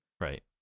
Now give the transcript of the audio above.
Right